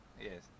yes